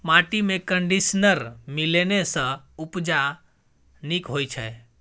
माटिमे कंडीशनर मिलेने सँ उपजा नीक होए छै